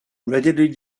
readily